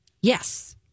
yes